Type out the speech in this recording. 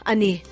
Ani